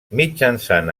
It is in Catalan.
mitjançant